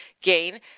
gain